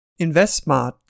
InvestSmart